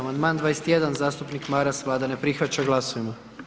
Amandman 21, zastupnik Maras, Vlada ne prihvaća, glasujmo.